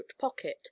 pocket